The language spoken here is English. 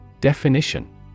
Definition